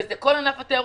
זה כל ענף התיירות,